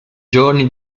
giorni